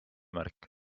märk